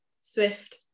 Swift